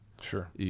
Sure